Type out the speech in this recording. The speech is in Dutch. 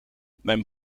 mijn